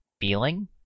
feeling